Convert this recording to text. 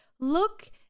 Look